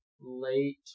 late